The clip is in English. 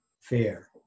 fair